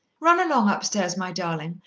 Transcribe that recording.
run along upstairs, my darling,